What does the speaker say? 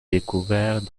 découvert